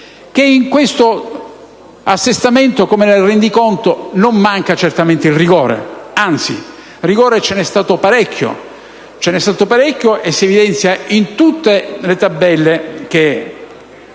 che nell'assestamento come nel rendiconto non manca certamente il rigore. Anzi, di rigore ce n'è stato parecchio e ciò si evidenzia in tutte le tabelle poste